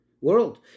world